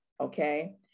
okay